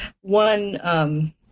One